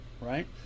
right